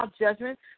judgment